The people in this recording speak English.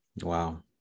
Wow